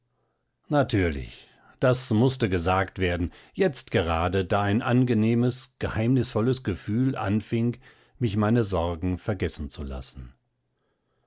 natürlich das mußte gesagt werden jetzt gerade da ein angenehmes geheimnisvolles gefühl anfing mich meine sorgen vergessen zu lassen